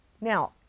now